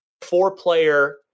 four-player